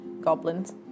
goblins